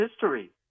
history